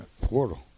Portal